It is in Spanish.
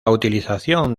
utilización